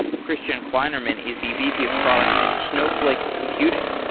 christian kleinerman is the vp of product at snowflake computing.